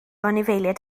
anifeiliaid